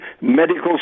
Medical